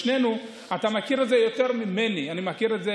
שנינו, אתה מכיר את זה יותר ממני, אני מכיר את זה.